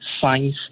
science